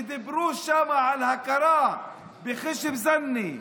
כי דיברו שם על הכרה בח'שם זנה,